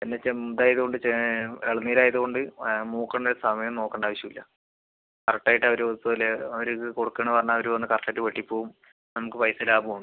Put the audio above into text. പിന്നെ ചെന്ത് ആയത് കൊണ്ട് എളനീർ ആയത് കൊണ്ട് മൂക്കണ്ട സമയം നോക്കണ്ട ആവശ്യമില്ല കറക്റ്റ് ആയിട്ട് അവർ വെക്കൂലേ അവർ ഇത് കൊടുക്കണം പറഞ്ഞാൽ അവർ വന്ന് കറക്റ്റ് ആയിട്ട് വെട്ടി പോകും നമുക്ക് പൈസ ലാഭവുമാണ്